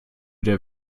der